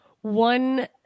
one